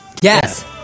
Yes